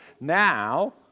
Now